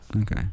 Okay